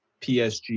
PSG